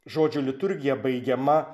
žodžio liturgija baigiama